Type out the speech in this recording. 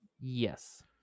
Yes